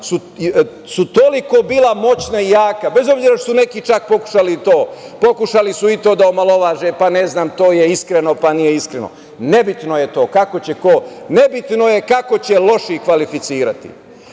su toliko bila moćna i jaka, bez obzira što neki čak pokušali i to, pokušali su i to da omalovaže, pa ne znam to je iskreno, pa nije iskreno. Nebitno je to kako će ko, nebitno je kako će loši kvalificirati.